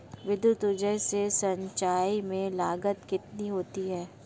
विद्युत ऊर्जा से सिंचाई में लागत कितनी होती है?